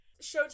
Showtime